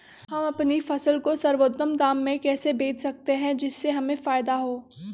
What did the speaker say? हम अपनी फसल को सर्वोत्तम दाम में कैसे बेच सकते हैं जिससे हमें फायदा हो?